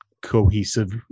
Cohesive